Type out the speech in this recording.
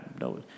no